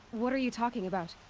what are you talking about?